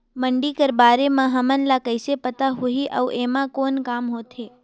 मंडी कर बारे म हमन ला कइसे पता होही अउ एमा कौन काम होथे?